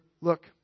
look